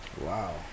Wow